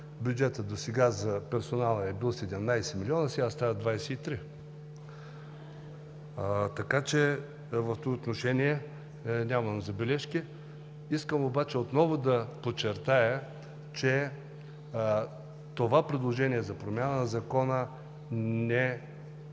Бюджетът досега за персонал е бил 17 млн. лв., сега става 23 млн. лв. Така че в това отношение нямам забележки. Искам обаче отново да подчертая, че предложението за промяна на Закона не